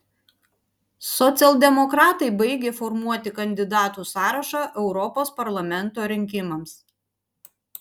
socialdemokratai baigė formuoti kandidatų sąrašą europos parlamento rinkimams